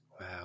Wow